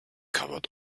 covered